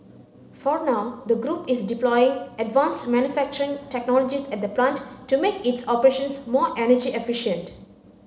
for now the group is deploying advanced manufacturing technologies at the plant to make its operations more energy efficient